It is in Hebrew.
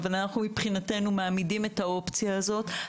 אבל אנחנו מבחינתנו מעמידים את האופציה הזאת.